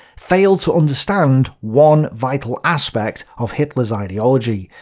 fail to understand one vital aspect of hitler's ideology,